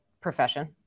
profession